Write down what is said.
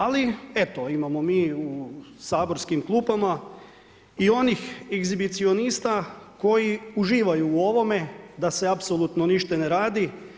Ali, eto, imamo mi u saborskim klupama i onih egzibicionista koji uživaju u ovome da se apsolutno ništa ne radi.